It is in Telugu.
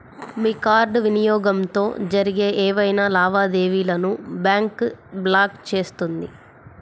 మీ కార్డ్ వినియోగంతో జరిగే ఏవైనా లావాదేవీలను బ్యాంక్ బ్లాక్ చేస్తుంది